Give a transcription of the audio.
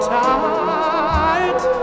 tight